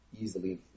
easily